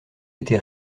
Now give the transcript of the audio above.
été